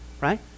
Right